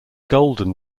golden